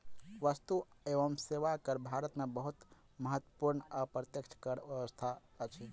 वस्तु एवं सेवा कर भारत में बहुत महत्वपूर्ण अप्रत्यक्ष कर व्यवस्था अछि